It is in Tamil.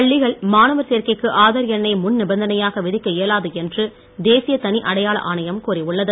பள்ளிகள் மாணவர்கள் சேர்க்கைக்கு ஆதார் எண்ணை முன் நிபந்தனையாக விதிக்க இயலாது என்று தேசிய தனி அடையாள ஆணையம் கூறியுள்ளது